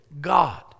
God